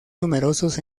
numerosos